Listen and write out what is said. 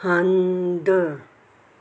हंधु